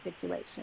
situation